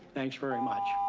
thanks very much.